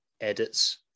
edits